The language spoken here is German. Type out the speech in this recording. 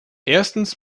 erstens